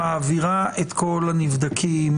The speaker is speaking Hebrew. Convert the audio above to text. שמעבירה את כל הנבדקים